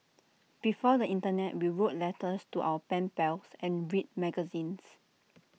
before the Internet we wrote letters to our pen pals and read magazines